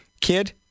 kid